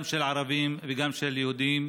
גם של ערבים וגם של יהודים,